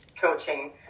coaching